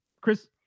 Chris